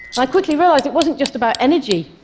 i quickly realized it wasn't just about energy.